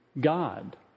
God